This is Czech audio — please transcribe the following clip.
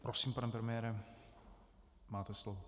Prosím, pane premiére, máte slovo.